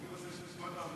אני רוצה לשמוע את